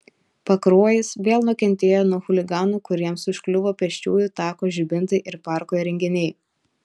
pakruojis vėl nukentėjo nuo chuliganų kuriems užkliuvo pėsčiųjų tako žibintai ir parko įrenginiai